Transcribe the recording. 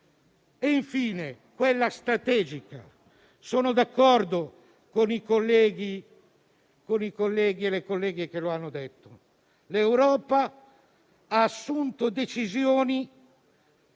Infine, c'è l'aspetto strategico. Sono d'accordo con i colleghi e le colleghe che hanno detto che l'Europa ha assunto decisioni